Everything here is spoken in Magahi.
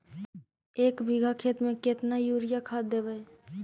एक बिघा खेत में केतना युरिया खाद देवै?